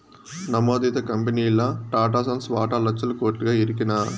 నమోదిత కంపెనీల్ల టాటాసన్స్ వాటా లచ్చల కోట్లుగా ఎరికనా